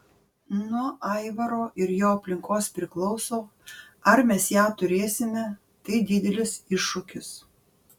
nuo aivaro ir jo aplinkos priklauso ar mes ją turėsime tai didelis iššūkis